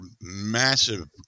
massive